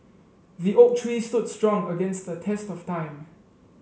the oak tree stood strong against the test of time